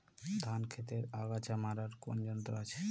ধান ক্ষেতের আগাছা মারার কোন যন্ত্র আছে?